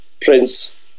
Prince